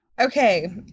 Okay